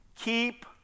Keep